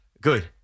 Good